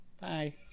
Bye